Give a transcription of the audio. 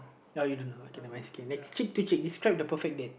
oh you don't know okay never mind skip next cheek to cheek describe the perfect date